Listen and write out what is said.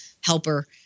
helper